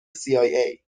cia